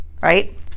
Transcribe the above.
right